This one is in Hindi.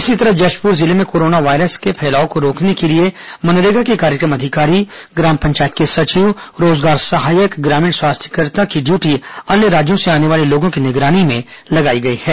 इसी तरह जशपुर जिले में कोरोना वायरस के फैलाव को रोकने के लिए मनरेगा के कार्यक्रम अधिकारी ग्राम पंचायत के सचिव रोजगार सहायक ग्रामीण स्वास्थ्य कार्यकर्ता की ड्यूटी अन्य राज्यों से आने वाले लोगों की निगरानी में लगाई गई है